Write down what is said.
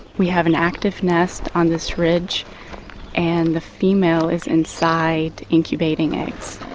we have an active nest on this ridge and the female is inside incubating eggs.